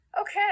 Okay